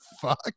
fuck